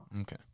okay